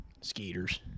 Skeeters